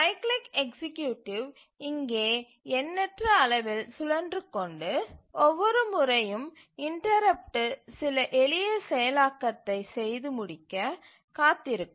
cyclic executive இங்கே எண்ணற்ற அளவில் சுழன்று கொண்டு ஒவ்வொரு முறையும் இன்டரப்ட்டு சில எளிய செயலாக்கத்தை செய்து முடிக்க காத்திருக்கும்